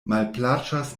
malplaĉas